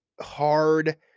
hard